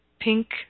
pink